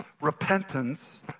repentance